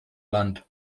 land